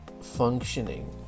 functioning